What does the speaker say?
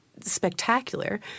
spectacular